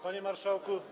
Panie Marszałku!